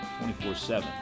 24/7